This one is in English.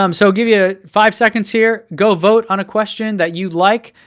um so give you five seconds here, go vote on a question that you like,